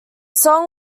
song